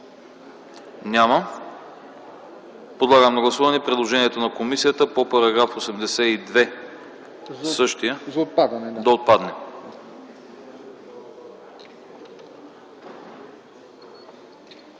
няма. Подлагам на гласуване предложението на комисията по § 82 - същият да отпадне.